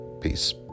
Peace